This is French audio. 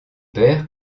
père